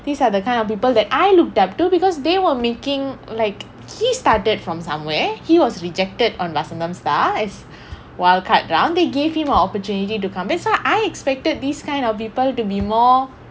these are the kind of people that I looked up to because they were making like he started from somewhere he was rejected on vasantham star as wildcard round they gave him an opportunity to come back so I expected these kind of people to be more